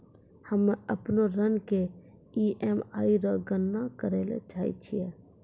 हम्म अपनो ऋण के ई.एम.आई रो गणना करैलै चाहै छियै